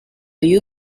you